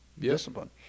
Discipline